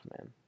man